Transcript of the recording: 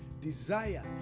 Desire